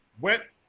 Wet